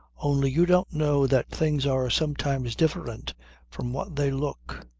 only you don't know that things are sometimes different from what they look.